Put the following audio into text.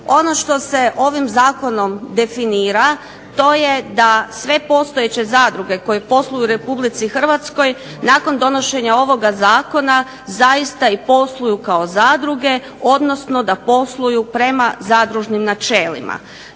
Ovo što se ovim zakonom definira to je da sve postojeće zadruge koje posluju u RH nakon donošenja ovog zakona zaista i posluju kao zadruge odnosno da posluju prema zadružnim načelima.